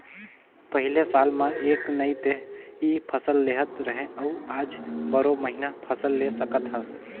पहिले साल म एक नइ ते इ फसल लेहत रहें अउ आज बारो महिना फसल ले सकत हस